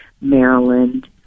Maryland